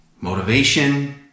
motivation